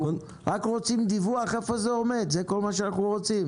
אנחנו רק רוצים דיווח איפה זה עומד ומה החסמים.